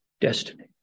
destiny